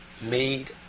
made